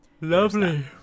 Lovely